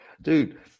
dude